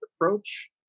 approach